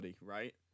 right